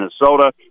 Minnesota